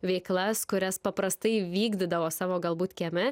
veiklas kurias paprastai vykdydavo savo galbūt kieme